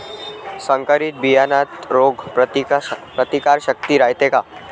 संकरित बियान्यात रोग प्रतिकारशक्ती रायते का?